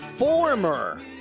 Former